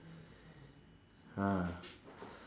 ah